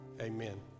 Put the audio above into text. Amen